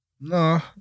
No